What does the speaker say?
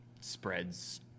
spreads